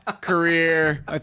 career